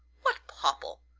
what popple?